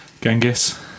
Genghis